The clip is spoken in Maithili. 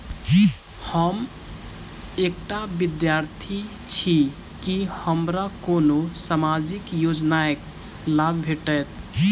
हम एकटा विद्यार्थी छी, की हमरा कोनो सामाजिक योजनाक लाभ भेटतय?